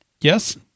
Yes